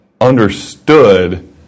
understood